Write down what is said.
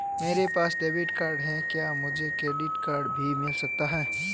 मेरे पास debit card है क्या मुझे क्रेडिट कार्ड भी मिल सकता है?